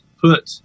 put